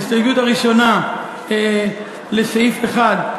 ההסתייגות הראשונה לסעיף 1,